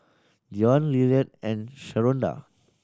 Deion Lillard and Sharonda